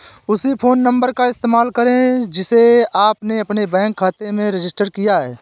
उसी phone number का इस्तेमाल करें जिसे आपने अपने बैंक खाते में रजिस्टर किया है